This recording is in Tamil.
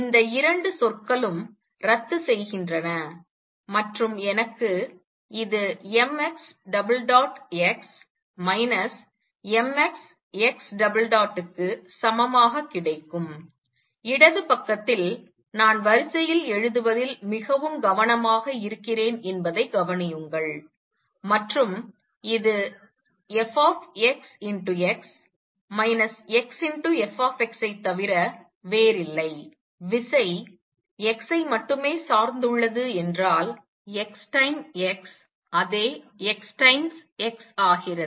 இந்த 2 சொற்களும் ரத்து செய்கின்றன மற்றும் எனக்கு இது mxx mxx க்கு சமமாக கிடைக்கும் இடது பக்கத்தில் நான் வரிசையில் எழுதுவதில் மிகவும் கவனமாக இருக்கிறேன் என்பதை கவனியுங்கள் மற்றும் இது fx xf ஐ தவிர வேறில்லை விசை x ஐ மட்டுமே சார்ந்துள்ளது என்றால் x டைம் x அதே x டைம்ஸ் x ஆகிறது